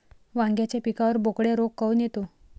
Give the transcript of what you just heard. वांग्याच्या पिकावर बोकड्या रोग काऊन येतो?